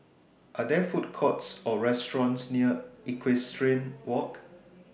Are There Food Courts Or restaurants near Equestrian Walk